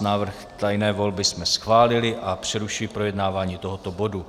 Návrh tajné volby jsme schválili a přerušuji projednávání tohoto bodu.